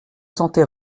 sentait